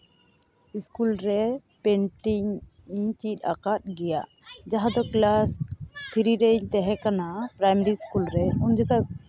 school ᱨᱮ painting ᱤᱧ ᱪᱮᱫ ᱟᱠᱟᱫ ᱜᱮᱭᱟ ᱡᱟᱦᱟᱸ ᱫᱚ ᱠᱞᱟᱥ ᱛᱷᱨᱤ ᱨᱮᱧ ᱛᱟᱦᱮᱸᱠᱟᱱᱟ ᱯᱨᱟᱭᱢᱟᱨᱤ ᱤᱥᱠᱩᱞ ᱨᱮ ᱩᱱ ᱡᱚᱠᱷᱚᱱ ᱥᱮᱨ